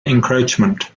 encroachment